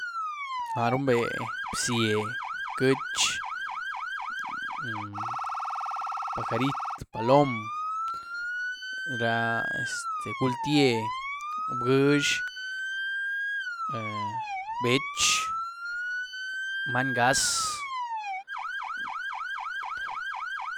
Áh rumbé bzié, bc'chy, mm- pajarit', palóm, ra este guúltyie, bîx, ehm béech, many ngáz.